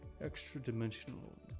Extra-dimensional